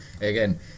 again